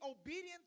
obedient